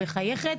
היא מחייכת,